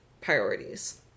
priorities